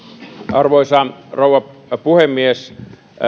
arvoisa rouva puhemies